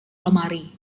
lemari